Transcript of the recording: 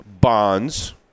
bonds